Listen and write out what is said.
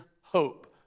hope